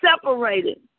separated